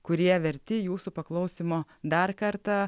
kurie verti jūsų paklausymo dar kartą